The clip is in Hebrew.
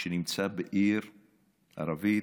שנמצא בעיר ערבית,